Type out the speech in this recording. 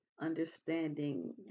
understanding